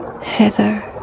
heather